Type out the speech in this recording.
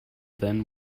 then